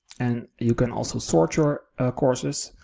and you can also sort your courses.